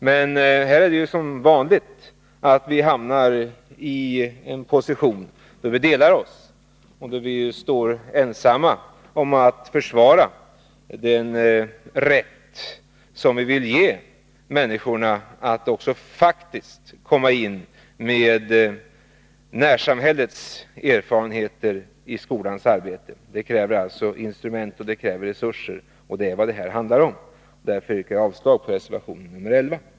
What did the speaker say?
Men här hamnar vi som vanligt i en position där vi delar oss, och vi står ensamma om att försvara den rätt vi vill ge människor att också faktiskt komma in i skolans arbete med närsamhällets erfarenheter. Det kräver instrument och resurser — och det är vad det här handlar om. Jag yrkar avslag på reservation 11.